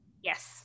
Yes